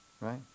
Right